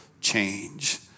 change